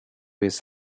his